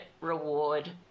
reward